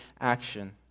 action